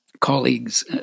colleagues